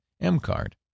M-Card